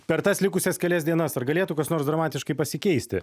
per tas likusias kelias dienas ar galėtų kas nors dramatiškai pasikeisti